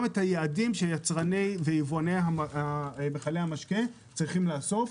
את היעדים שהיצרנים ויבואני המשקה צריכים לאסוף,